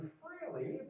freely